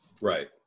right